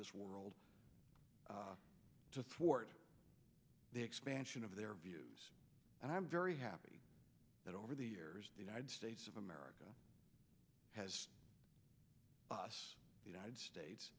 this world to thwart the expansion of their views and i'm very happy that over the years the united states of america has thus united states